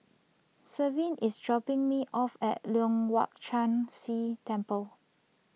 Shelvie is dropping me off at Leong Hwa Chan Si Temple